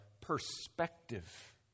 perspective